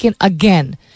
Again